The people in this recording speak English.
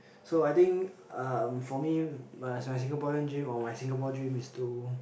so I think um for me my my Singaporean dream or my Singapore dream is to